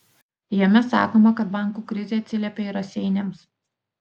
jame sakoma kad bankų krizė atsiliepė ir raseiniams